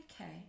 okay